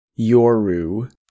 Yoru